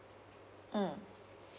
mm